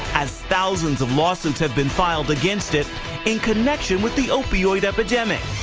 as thousands of lawsuits have been filed against it in connection with the opioid epidemic.